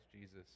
Jesus